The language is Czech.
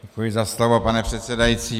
Děkuji za slovo, pane předsedající.